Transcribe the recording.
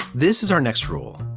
this is our next rule.